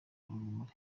urumuri